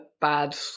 bad